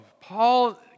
Paul